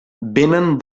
vénen